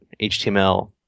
HTML